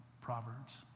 Proverbs